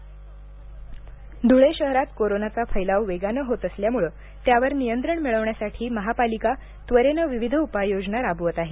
उपाययोजना धुळे शहरात कोरोनाचा फैलाव वेगानं होत असल्यामुळे त्यावर नियंत्रण मिळवण्यासाठी महापालिका त्वरेनं विविध उपाय योजना राबवत आहे